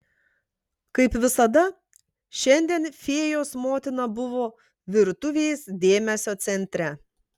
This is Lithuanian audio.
kaip visada šiandien fėjos motina buvo virtuvės dėmesio centre